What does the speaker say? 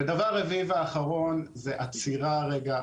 ודבר רביעי ואחרון, עצירה רגע.